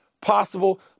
possible